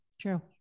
True